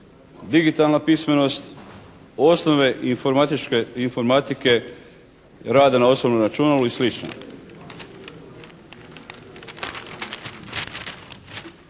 digitalna pismenost, osnove informatike, rada na osobnom računalu i